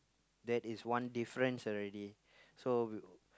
that is one difference already so w~